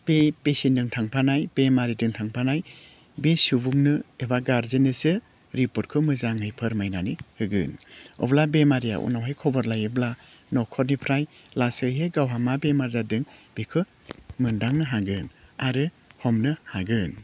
बे पेसियेन्टजों थांफानाय बेमारिदों थांफानाय बे सुबुंनो एबा गारजेननोसो रिपर्टखौ मोजाङै फोरमायनानै होगोन अब्ला बेमारिया उनावहाय खबर लायोब्ला नख'रनिफ्राय लासैहै गावहा मा बेमार जादों बेखौ मोनदांनो हागोन आरो हमनो हागोन